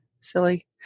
silly